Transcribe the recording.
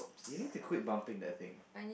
you need to quit bumping that thing